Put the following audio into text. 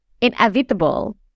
inevitable